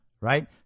right